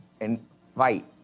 invite